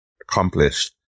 accomplished